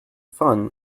fun